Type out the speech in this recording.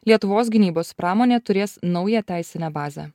lietuvos gynybos pramonė turės naują teisinę bazę